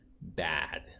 bad